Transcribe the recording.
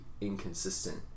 inconsistent